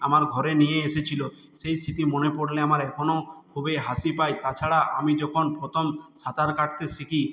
আমার ঘরে নিয়ে এসেছিল সেই স্মৃতি মনে পড়লে আমার এখনও খুবই হাসি পায় তাছাড়া আমি যখন প্রথম সাঁতার কাটতে শিখি